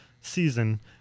season